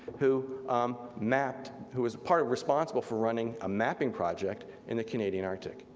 who um mapped, who was partly responsible for running a mapping project in the canadian arctic,